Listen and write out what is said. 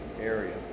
area